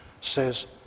says